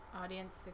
Audience